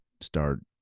start